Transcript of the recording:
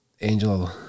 Angel